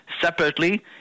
separately